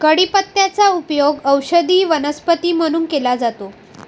कढीपत्त्याचा उपयोग औषधी वनस्पती म्हणून केला जातो